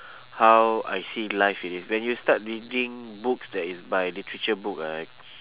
how I see life it is when you start reading books that is by literature book right